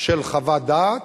של חוות דעת,